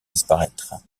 disparaître